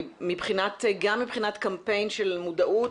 גם מבחינת קמפיין של מודעות,